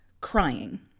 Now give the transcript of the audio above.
crying